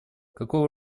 какого